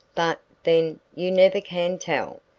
but, then, you never can tell.